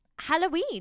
Halloween